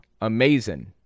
amazing